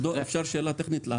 אחרי ההגדרה "אגודה מרכזית" יבוא: